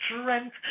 strength